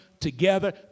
together